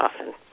often